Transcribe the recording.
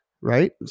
right